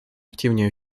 активнее